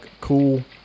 Cool